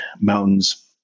mountains